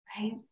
right